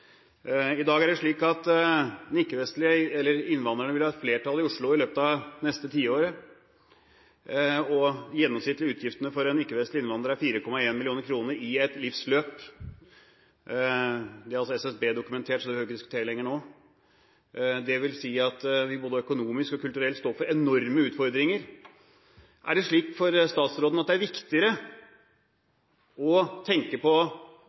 I dag er det slik at innvandrerne vil være i flertall i Oslo i løpet av det neste tiåret, og de gjennomsnittlige utgiftene for en ikke-vestlig innvandrer er 4,1 mill. kr i et livsløp. Det har SSB dokumentert, så det behøver vi ikke å diskutere lenger nå. Det vil si at vi både økonomisk og kulturelt står overfor enorme utfordringer. Er det slik for statsråden at det er viktigere å tenke på